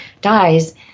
dies